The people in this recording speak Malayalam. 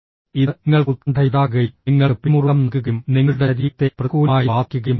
ഇത് നിങ്ങൾക്ക് ഉത്കണ്ഠയുണ്ടാക്കുകയും നിങ്ങൾക്ക് പിരിമുറുക്കം നൽകുകയും നിങ്ങളുടെ ശരീരത്തെ പ്രതികൂലമായി ബാധിക്കുകയും ചെയ്യും